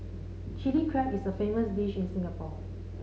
Chilli Crab is a famous dish in Singapore